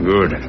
Good